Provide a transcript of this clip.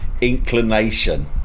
inclination